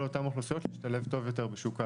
אותן אוכלוסיות להשתלב טוב יותר בשוק העבודה.